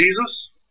Jesus